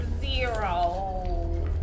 Zero